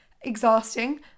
exhausting